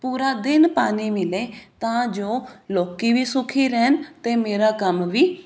ਪੂਰਾ ਦਿਨ ਪਾਣੀ ਮਿਲੇ ਤਾਂ ਜੋ ਲੋਕ ਵੀ ਸੁਖੀ ਰਹਿਣ ਅਤੇ ਮੇਰਾ ਕੰਮ ਵੀ